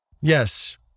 Yes